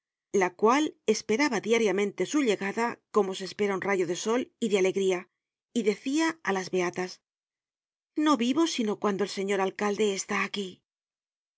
la cual esperaba diariamente su llegada como se espera un rayo de sol y de alegría y decia á las beatas no vivo sino cuando el señor alcalde está aquí